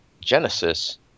Genesis